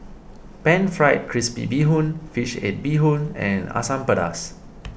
Pan Fried Crispy Bee Hoon Fish Head Bee Hoon and Asam Pedas